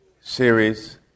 series